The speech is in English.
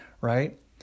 Right